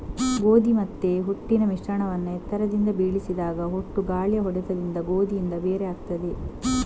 ಗೋಧಿ ಮತ್ತೆ ಹೊಟ್ಟಿನ ಮಿಶ್ರಣವನ್ನ ಎತ್ತರದಿಂದ ಬೀಳಿಸಿದಾಗ ಹೊಟ್ಟು ಗಾಳಿಯ ಹೊಡೆತದಿಂದ ಗೋಧಿಯಿಂದ ಬೇರೆ ಆಗ್ತದೆ